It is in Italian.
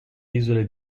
isole